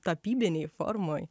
tapybinėj formoj